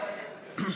קשה,